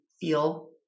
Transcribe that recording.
feel